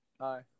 Hi